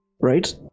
right